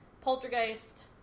Poltergeist